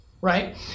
right